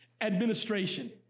Administration